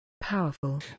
Powerful